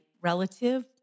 relative